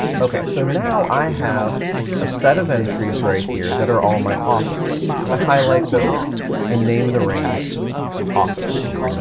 okay, so now i have a set of entries right here that are all my offices. i'm gonna highlight those and name the range offices.